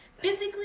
physically